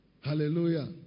Hallelujah